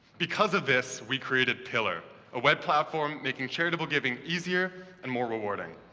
because of this, we created pillar, a web platform making charitable giving easier and more rewarding.